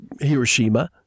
Hiroshima